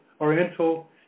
oriental